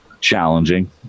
challenging